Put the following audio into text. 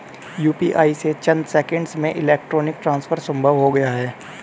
UPI से चंद seconds में इलेक्ट्रॉनिक ट्रांसफर संभव हो गया है